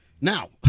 Now